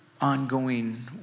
ongoing